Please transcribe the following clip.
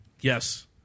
yes